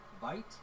bite